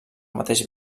mateix